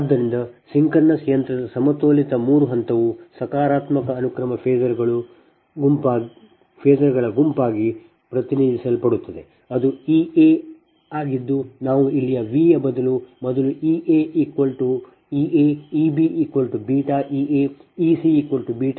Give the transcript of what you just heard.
ಆದ್ದರಿಂದ ಸಿಂಕ್ರೊನಸ್ ಯಂತ್ರದ ಸಮತೋಲಿತ 3 ಹಂತವು ಸಕಾರಾತ್ಮಕ ಅನುಕ್ರಮ phasors ಗಳ ಗುಂಪಾಗಿ ಪ್ರತಿನಿಧಿಸಲ್ಪಡುತ್ತದೆ ಅದು E a ಆಗಿದ್ದು ನಾವು ಇಲ್ಲಿ V ಯ ಬದಲು ಮೊದಲು EaEaEbβEaEc2Ea ಇದು ಸಮೀಕರಣ 41